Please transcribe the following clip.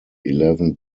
eleven